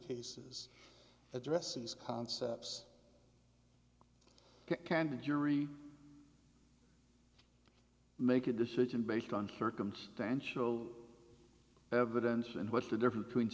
cases addresses concepts can do jury make a decision based on circumstantial evidence and what's the difference between